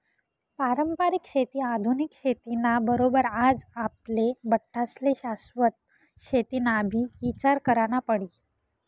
पारंपरिक शेती आधुनिक शेती ना बरोबर आज आपले बठ्ठास्ले शाश्वत शेतीनाबी ईचार करना पडी